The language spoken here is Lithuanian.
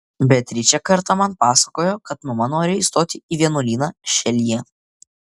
beatričė kartą man pasakojo kad mama nori įstoti į vienuolyną šelyje